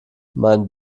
meinen